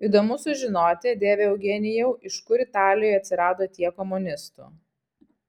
įdomu sužinoti tėve eugenijau iš kur italijoje atsirado tiek komunistų